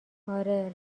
آره